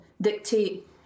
dictate